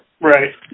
right